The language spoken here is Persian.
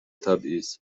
تبعیضی